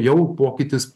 jau pokytis